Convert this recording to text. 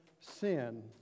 sin